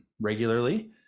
regularly